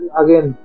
again